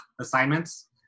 assignments